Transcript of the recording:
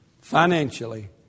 financially